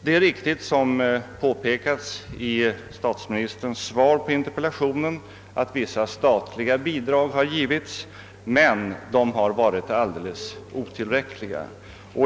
Det är riktigt, som påpekades i statsministerns svar på interpellationen, att vissa statliga bidrag givits, men de har varit alldeles otillräckliga.